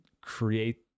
create